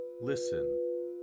listen